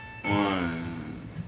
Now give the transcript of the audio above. One